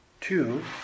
Two